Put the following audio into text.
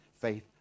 faith